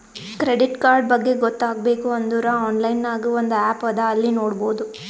credit card ಬಗ್ಗೆ ಗೊತ್ತ ಆಗ್ಬೇಕು ಅಂದುರ್ ಆನ್ಲೈನ್ ನಾಗ್ ಒಂದ್ ಆ್ಯಪ್ ಅದಾ ಅಲ್ಲಿ ನೋಡಬೋದು